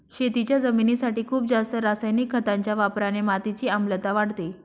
शेतीच्या जमिनीसाठी खूप जास्त रासायनिक खतांच्या वापराने मातीची आम्लता वाढते